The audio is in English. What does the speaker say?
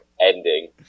ending